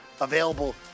available